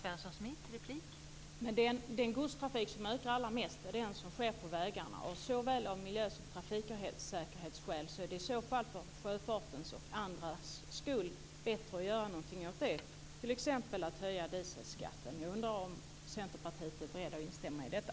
Fru talman! Den godstrafik som ökar allra mest är den som sker på vägarna. Såväl av miljöskäl som av trafiksäkerhetsskäl är det i så fall för sjöfartens och för andras skull bättre att göra någonting åt det, t.ex. höja dieselskatten. Jag undrar om ni i Centerpartiet är beredda att instämma i detta.